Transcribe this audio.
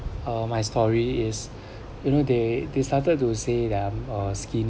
uh my story is you know they they started to say it I'm a skinny